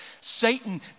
Satan